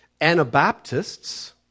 Anabaptists